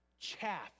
chaff